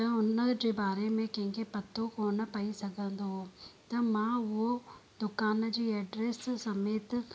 त हुन जे बारे में कंहिंखें पतो कोन पई सघंदो हुओ त मां उहो दुकान जी एड्रेस समेति